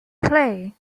play